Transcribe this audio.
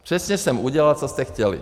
Přesně jsem udělal, co jste chtěli.